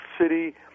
City